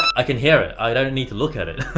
i can hear it. i don't need to look at it.